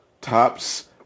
tops